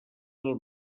del